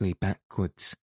backwards